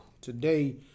today